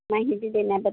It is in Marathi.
माहिती देण्याबदल